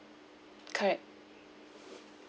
correct